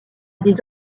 des